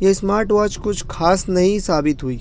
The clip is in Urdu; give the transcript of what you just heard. یہ اسمارٹ واچ کچھ خاص نہیں ثابت ہوئی